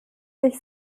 sich